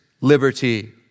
liberty